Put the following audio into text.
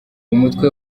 umutwe